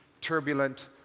turbulent